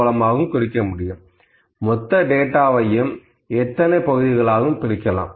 மொத்த டேட்டாவையும் எத்தனை பகுதிகளாகவும் பிரிக்கலாம்